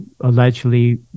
allegedly